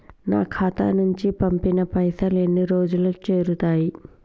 నా ఖాతా నుంచి పంపిన పైసలు ఎన్ని రోజులకు చేరుతయ్?